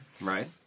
Right